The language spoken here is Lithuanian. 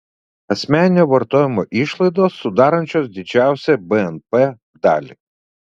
asmeninio vartojimo išlaidos sudarančios didžiausią bnp dalį